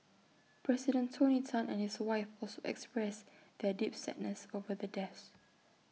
president tony Tan and his wife also expressed their deep sadness over the deaths